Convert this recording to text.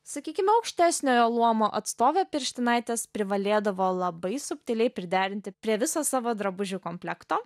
sakykime aukštesniojo luomo atstovė pirštinaites privalėdavo labai subtiliai priderinti prie viso savo drabužių komplekto